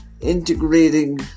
integrating